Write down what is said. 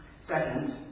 Second